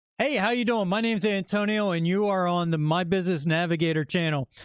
hey, how you doing? my name's antonio and you are on the my business navigator channel.